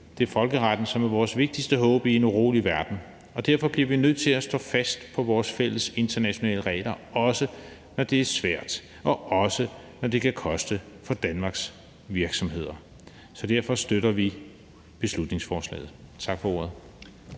Det er folkeretten, som vores vigtigste håb i en urolig verden, og derfor bliver vi nødt til at stå fast på vores fælles internationale regler, også når det er svært, og også når det kan koste for Danmarks virksomheder, så derfor støtter vi beslutningsforslaget. Tak for ordet.